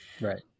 Right